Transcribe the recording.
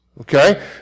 Okay